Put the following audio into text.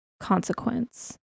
consequence